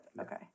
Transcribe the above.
Okay